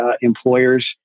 employers